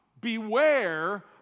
beware